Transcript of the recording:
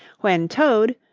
when toad,